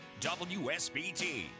WSBT